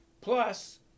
Plus